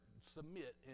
submit